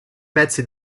pezzi